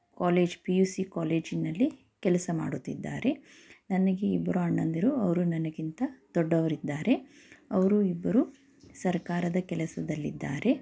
college P U C ಕಾಲೇಜಿನಲ್ಲಿ ಕೆಲಸ ಮಾಡುತ್ತಿದ್ದಾರೆ ನನಗೆ ಇಬ್ಬರು ಅಣ್ಣಂದಿರು ಅವರು ನನಗಿಂತ ದೊಡ್ಡವರಿದ್ದಾರೆ ಅವರು ಇಬ್ಬರೂ ಸರ್ಕಾರದ ಕೆಲಸದಲ್ಲಿದ್ದಾರೆ